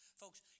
Folks